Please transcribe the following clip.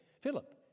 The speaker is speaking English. Philip